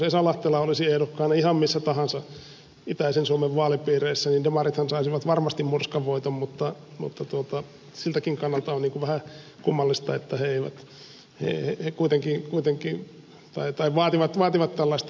esa lahtela olisi ehdokkaana ihan missä tahansa itäisen suomen vaalipiirissä niin demarithan saisivat varmasti murskavoiton mutta siltäkin kannalta on vähän kummallista että he vaativat tällaista järjestelmää